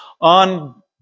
on